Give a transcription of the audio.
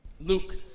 Luke